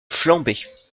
flambait